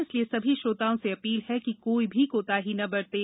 इसलिए सभी श्रोताओं से अपील है कि कोई भी कोताही न बरतें